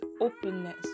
openness